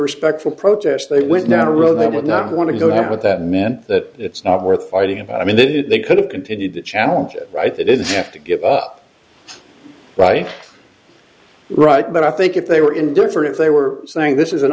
respectful protest they went not a road that would not want to go out that meant that it's not worth fighting about i mean then they could have continued to challenge it right that is have to give up right right but i think if they were indifferent if they were saying this is an